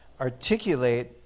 articulate